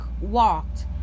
walked